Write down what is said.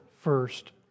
first